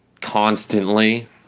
constantly